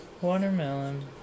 Watermelon